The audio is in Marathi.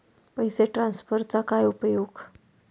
पैसे ट्रान्सफरचा काय उपयोग?